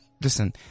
listen